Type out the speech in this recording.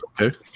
Okay